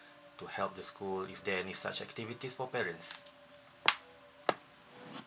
to help the school is there any such activities for parents